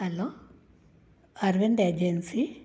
hello Arvind agency